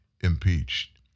impeached